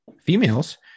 females